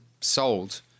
sold